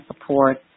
support